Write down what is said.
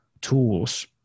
tools